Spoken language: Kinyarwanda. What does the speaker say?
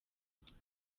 muhanda